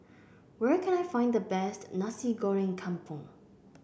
where can I find the best Nasi Goreng Kampung